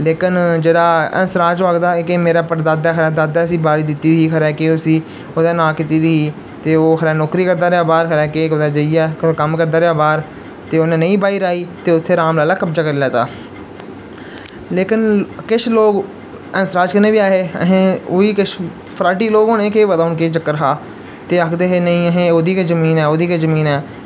लेकिन जेह्ड़ा हैंस राज ओह् आखदा कि मेरा पड़दादा खबरै दादा इसी बाड़ी दित्ती दी ही उसी ओह्दे नांऽ कीती दी ही ते ओह् खरै नौकरी करदा रेहा बाह्र केह् कुतै जाइयै खबरै केह् कम्म करदा रेहा बाह्र ते उन्नै नेईं बाही राही ते इत्थें राम लालै कब्जा करी लैत्ता लेकिन किश लोग हैंस राज कन्नै बी ऐ हे एहें ओह् ई किश फराडी लोग होने हे केह् पता केह् चक्कर हा ते ओखदे हे ओह्दी गै जमीन ऐ ओह्दी गै जमीन ऐ